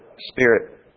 spirit